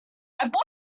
bought